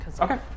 Okay